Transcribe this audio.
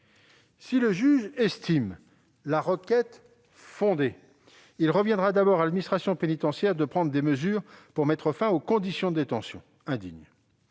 Si le juge estime la requête fondée, il reviendra d'abord à l'administration pénitentiaire de prendre des mesures pour mettre fin aux conditions de détention indignes.